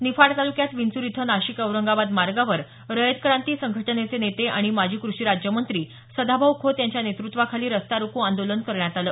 निफाड तालुक्यात विंचूर इथं नाशिक औरंगाबाद मार्गावर रयत क्रांती संघटनेचे नेते आणि माजी कृषी राज्यमंत्री सदाभाऊ खोत यांच्या नेतृत्वाखाली रास्ता रोको आंदोलन करण्यात आलं